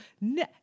no